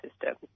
system